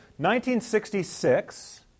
1966